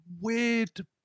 weird